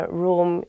room